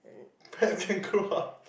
pet can grow up